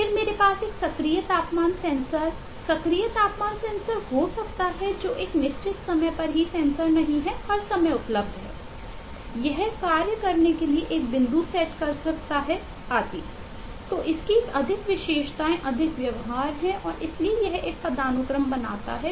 फिर मेरे पास एक सक्रिय तापमान सेंसर के संदर्भ में बहु स्तरीय भी हो सकता है